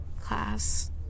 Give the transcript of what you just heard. class